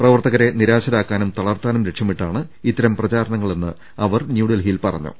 പ്രവർത്തകരെ നിരാശരാക്കാനും തളർത്താനും ലക്ഷ്യമിട്ടാണ് ഇത്തരം പ്രചാരണങ്ങളെന്ന് അവർ ന്യൂഡൽഹിയിൽ പറഞ്ഞു